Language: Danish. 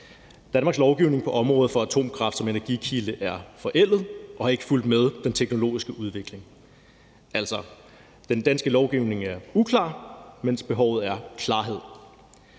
Danmarks lovgivning på området for atomkraft som energikilde er forældet og har ikke fulgt med den teknologiske udvikling. Den danske lovgivning er altså uklar, mens behovet er klarhed.